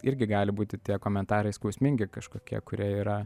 irgi gali būti tie komentarai skausmingi kažkokie kurie yra